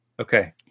Okay